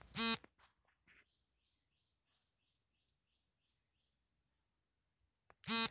ರಾಸಾಯನಿಕ ಗೊಬ್ಬರ ಪ್ರಾಣಿ ಅಥವಾ ಪಕ್ಷಿಗಳ ಮಲದಿಂದ ತಯಾರಿಸಲಾಗ್ತದೆ ಇದು ಭೂಮಿಯ ಫಲವ್ತತತೆ ಹೆಚ್ಚಿಸ್ತದೆ